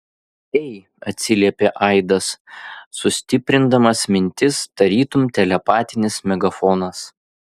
ei atsiliepė aidas sustiprindamas mintis tarytum telepatinis megafonas